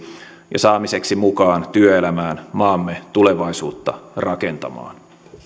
ja saamiseksi mukaan työelämään maamme tulevaisuutta rakentamaan